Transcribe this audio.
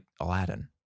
Aladdin